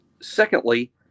Secondly